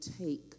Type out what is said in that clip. take